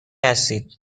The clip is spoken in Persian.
هستید